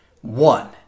one